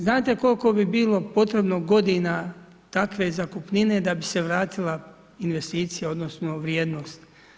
Znate koliko bi bilo potrebno godina takve zakupnine da bis e vratila investicija odnosno vrijednost?